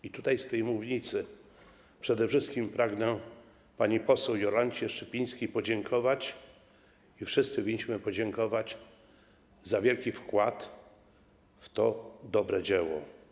I tutaj, z tej mównicy przede wszystkim pragnę pani poseł Jolancie Szczypińskiej podziękować, wszyscy winniśmy jej podziękować za wielki wkład w to dobre dzieło.